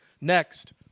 Next